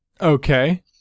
Okay